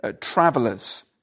travelers